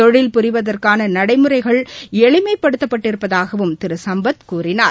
தொழில் புரிவதற்கானநடைமுறைகள் எளிமைப்படுத்தப் பட்டிருப்பதாகவும் திருசம்பத் கூறினார்